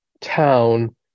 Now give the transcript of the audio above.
town